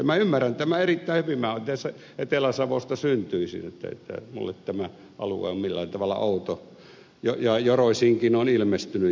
minä ymmärrän tämän erittäin hyvin minä olen itse etelä savosta syntyisin eikä minulle tämä alue ole millään tavalla outo ja joroisiinkin on ilmestynyt jo saimaannorppia